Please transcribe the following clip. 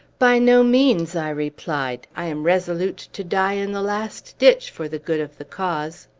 by no means, i replied. i am resolute to die in the last ditch, for the good of the cause.